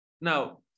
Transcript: Now